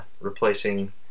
replacing